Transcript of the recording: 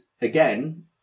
again